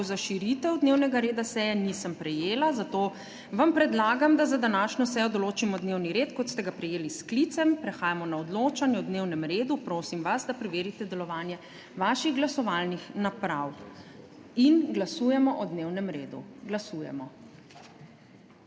za širitev dnevnega reda seje nisem prejela, zato vam predlagam, da za današnjo sejo določimo dnevni red, kot ste ga prejeli s sklicem. Prehajamo na odločanje o dnevnem redu. Prosim vas, da preverite delovanje vaših glasovalnih naprav. Glasujemo o dnevnem redu. Glasujemo.